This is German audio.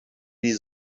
die